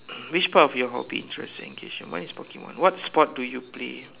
which part of your hobby interesting okay sure mine is Pokemon what sport do you play